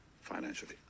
financially